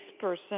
person